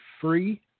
free